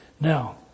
now